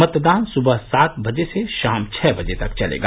मतदान सुबह सात बजे से शाम छह बजे तक चलेगा